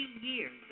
years